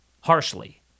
harshly